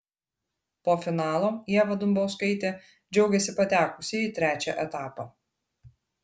po finalo ieva dumbauskaitė džiaugėsi patekusi į trečią etapą